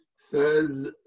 Says